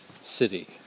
city